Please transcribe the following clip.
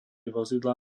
vozidla